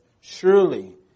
surely